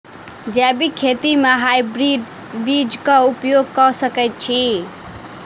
जैविक खेती म हायब्रिडस बीज कऽ उपयोग कऽ सकैय छी?